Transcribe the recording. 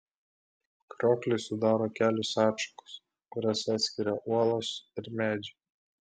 krioklį sudaro kelios atšakos kurias atskiria uolos ir medžiai